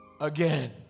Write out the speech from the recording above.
again